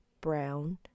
brown